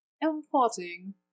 importing